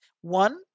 one